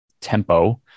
tempo